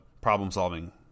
problem-solving